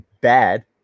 bad